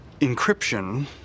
encryption